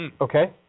Okay